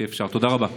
תודה רבה.